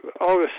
August